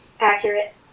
Accurate